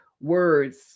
words